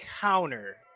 counter